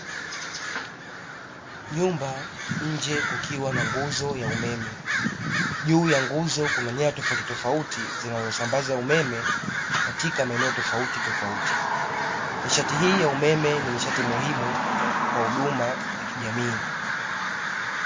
Nyumba nje kukiwa na nguzo ya umeme, juu ya nguzo kuna nyaya tofautitofauti zinazosambaza umeme katika maeneo tofautitofauti. Nishati hii ya umeme ni nishati muhimu kwa huduma ya kijamii.